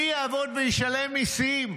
מי יעבוד וישלם מיסים?